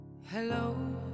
Hello